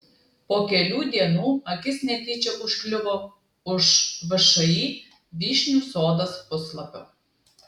po kelių dienų akis netyčia užkliuvo už všį vyšnių sodas puslapio